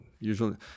Usually